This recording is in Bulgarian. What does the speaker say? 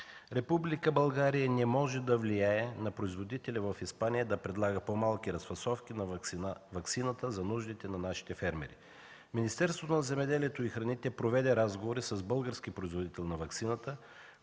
Република България не може да влияе на производителя в Испания да предлага по-малки разфасовки на ваксината за нуждите на нашите фермери. Министерството на земеделието и храните проведе разговори с български производител на ваксината,